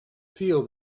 feel